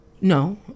no